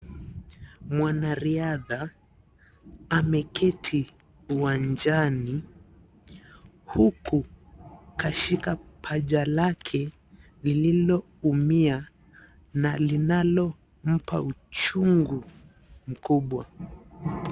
Mwanariadha, ameketi uwanjani, huku kashika paja lake, lililoumia na linalompa uchungu mkubwa.